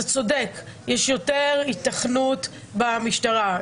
אתה צודק, יש יותר היתכנות במשטרה.